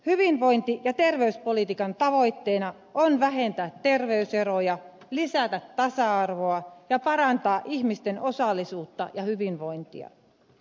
hyvinvointi ja terveyspolitiikan tavoitteena on vähentää terveyseroja lisätä tasa arvoa ja parantaa ihmisten osallisuutta ja hyvinvointia